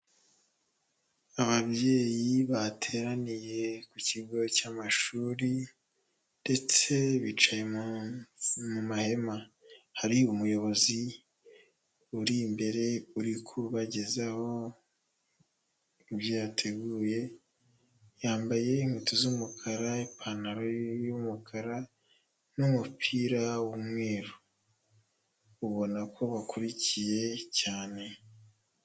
Ababyeyi bateraniye ku kigo cy'amashuri ndetse bicaye mu mahema. Hari umuyobozi uri imbere uri kubagezaho ibyo yateguye, yambaye inkweto z'umukara, ipantaro y’umukara n'umupira w'umweru, ubona ko bakurikiye cyane.